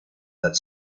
that